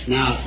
Now